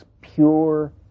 pure